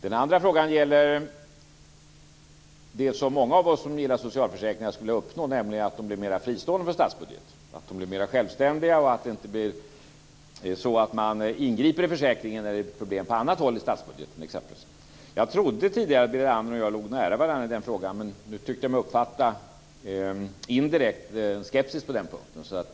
Den andra frågan gäller det som många av oss som gillar socialförsäkringar skulle vilja uppnå, nämligen att de blir mer fristående från statsbudgeten, att de blir mer självständiga och att det inte blir så att man ingriper i försäkringen när det exempelvis är problem på annat håll i statsbudgeten. Jag trodde tidigare att Berit Andnor och jag låg nära varandra i den frågan, men nu tyckte jag mig uppfatta en indirekt skepsis på de punkten.